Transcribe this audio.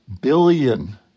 billion